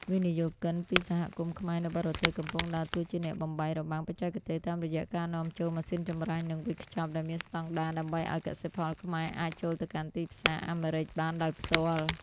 វិនិយោគិនពី សហគមន៍ខ្មែរនៅបរទេស កំពុងដើរតួជាអ្នកបំបែករបាំងបច្ចេកទេស តាមរយៈការនាំចូលម៉ាស៊ីនចម្រាញ់ និងវេចខ្ចប់ដែលមានស្ដង់ដារ ដើម្បីឱ្យកសិផលខ្មែរអាចចូលទៅកាន់ទីផ្សារអាមេរិកបានដោយផ្ទាល់។